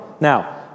Now